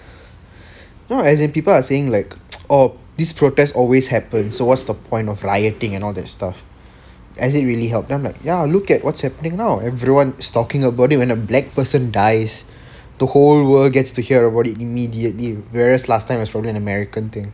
no as in people are saying like these protests always happens so what's the point of rioting and all that stuff does it really help then I'm like ya look at what's happening now everyone is talking about it when a black person dies the whole world gets to hear about it immediately whereas last time is only an american thing